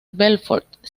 belfort